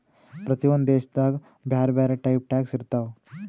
ಪ್ರತಿ ಒಂದ್ ದೇಶನಾಗ್ ಬ್ಯಾರೆ ಬ್ಯಾರೆ ಟೈಪ್ ಟ್ಯಾಕ್ಸ್ ಇರ್ತಾವ್